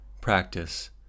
practice